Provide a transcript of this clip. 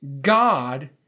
god